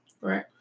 Right